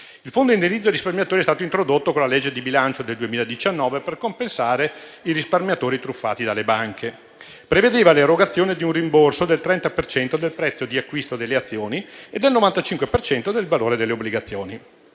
il Fondo indennizzo risparmiatori, introdotto con la legge di bilancio del 2019 per compensare i risparmiatori truffati dalle banche. Esso prevedeva l'erogazione di un rimborso del 30 per cento del prezzo di acquisto delle azioni e del 95 per cento del valore delle obbligazioni.